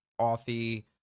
Authy